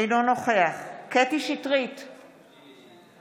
אינו נוכח קטי קטרין שטרית,